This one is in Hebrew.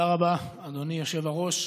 תודה רבה, אדוני היושב-ראש.